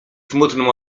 smutną